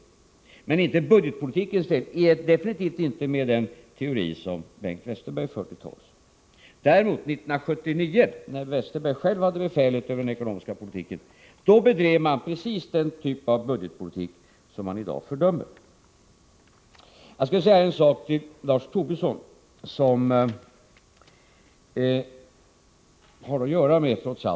Men det är inte budgetpolitikens fel, speciellt inte med den teori som Bengt Westerberg för till torgs. År 1979, då Bengt Westerberg själv hade befälet över den ekonomiska politiken, bedrev man däremot precis den typ av budgetpolitik som man i dag fördömer. Jag skall säga en sak till Lars Tobisson som trots allt har att göra med framtiden.